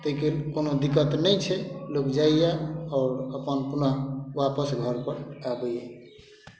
तै के कोनो दिक्कत नहि छै लोक जाइये आओर अपन पुनः वापस घरपर आबइए